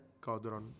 Codron